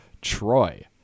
Troy